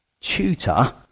tutor